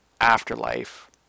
afterlife